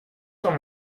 cent